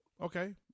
Okay